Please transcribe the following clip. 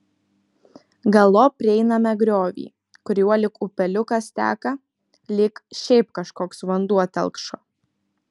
galop prieiname griovį kuriuo lyg upeliukas teka lyg šiaip kažkoks vanduo telkšo